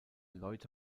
leute